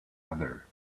other